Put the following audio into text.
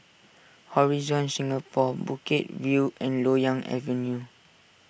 Horizon Singapore Bukit View and Loyang Avenue